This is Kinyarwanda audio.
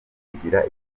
kugira